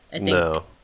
No